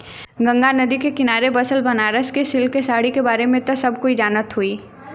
गंगा नदी के किनारे बसल बनारस क सिल्क क साड़ी के बारे में त सब कोई जानत होई